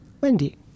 Wendy